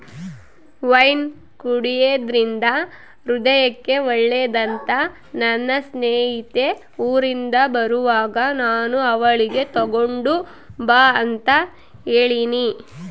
wine ಕುಡೆದ್ರಿಂದ ಹೃದಯಕ್ಕೆ ಒಳ್ಳೆದಂತ ನನ್ನ ಸ್ನೇಹಿತೆ ಊರಿಂದ ಬರುವಾಗ ನಾನು ಅವಳಿಗೆ ತಗೊಂಡು ಬಾ ಅಂತ ಹೇಳಿನಿ